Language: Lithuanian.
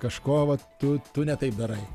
kažko vat tu tu ne taip darai